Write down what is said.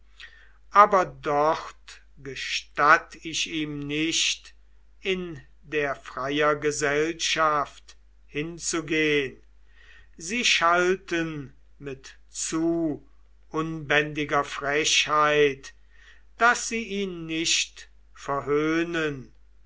aber dort gestatt ich ihm nicht in der freier gesellschaft hinzugehn sie schalten mit zu unbändiger frechheit daß sie ihn nicht verhöhnen